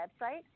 website